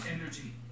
energy